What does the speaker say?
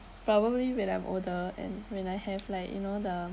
probably when I'm older and when I have like you know the